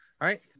right